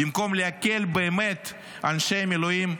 במקום להקל באמת על אנשי המילואים,